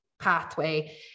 pathway